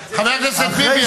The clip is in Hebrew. חבר הכנסת ביבי,